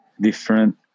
different